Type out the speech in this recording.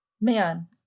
Man